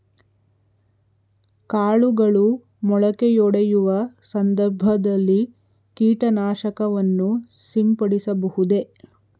ಕಾಳುಗಳು ಮೊಳಕೆಯೊಡೆಯುವ ಸಂದರ್ಭದಲ್ಲಿ ಕೀಟನಾಶಕವನ್ನು ಸಿಂಪಡಿಸಬಹುದೇ?